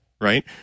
right